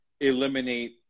eliminate